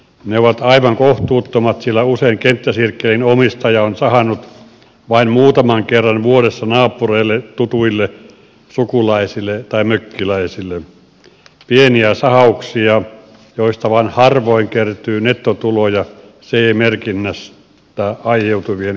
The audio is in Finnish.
ne ovat aivan kohtuuttomat sillä usein kenttäsirkkelin omistaja on sahannut vain muutaman kerran vuodessa naapureille tutuille sukulaisille tai mökkiläisille pieniä sahauksia joista vain harvoin kertyy nettotuloja ce merkinnästä aiheutuvien kustannusten verran